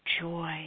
joy